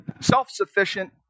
Self-sufficient